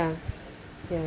ya